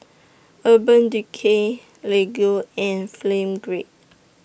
Urban Decay Lego and Film Grade